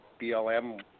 BLM